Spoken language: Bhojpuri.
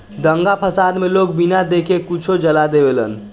दंगा फसाद मे लोग बिना देखे कुछो जला देवेलन